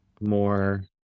more